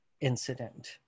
incident